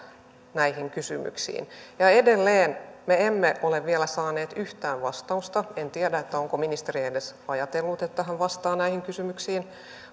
näihin kysymyksiin edelleen me emme ole vielä saaneet yhtään vastausta en tiedä onko ministeri edes ajatellut että hän vastaa näihin kysymyksiin